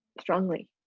strongly